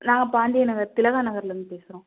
நாங்கள் பாண்டிய நகர் திலகா நகர்லேருந்து பேசுகிறோம்